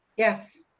yes.